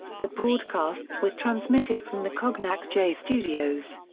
the broadcasts were transmitted from the cognacq-jay studios.